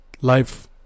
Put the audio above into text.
Life